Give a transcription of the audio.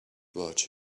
about